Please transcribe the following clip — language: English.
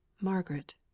Margaret